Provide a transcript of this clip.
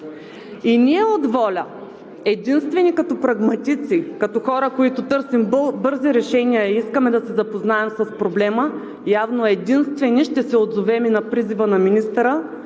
Ние от ВОЛЯ единствени като прагматици, като хора, които търсим бързи решения, искаме да се запознаем с проблема. Явно единствени ще се отзовем на призива на министъра